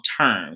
term